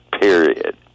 period